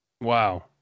Wow